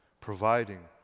providing